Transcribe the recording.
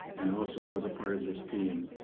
and also was a part of this team,